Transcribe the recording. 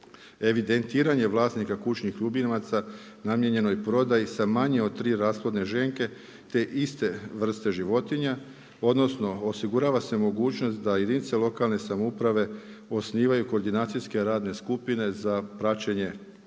Evidentiranje vlasnika kućnih ljubimaca, namijenjenoj prodaji sa manje od 3 rashodne ženke te iste vrste životinja, odnosno, osigurava se mogućnost da jedinice lokalne samouprave osnivaju koordinacijske radne skupine za praćenje ovoga